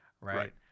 right